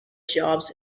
jobs